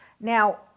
Now